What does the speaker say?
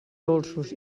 dolços